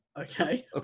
Okay